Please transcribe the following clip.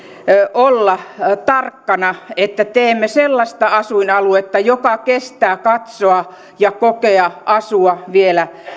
olla tarkkana että teemme sellaista asuinaluetta joka kestää katsoa ja kokea asua vielä